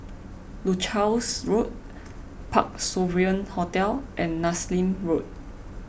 Leuchars Road Parc Sovereign Hotel and Nassim Road